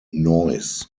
noise